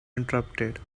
interrupted